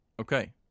Okay